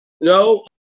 No